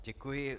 Děkuji.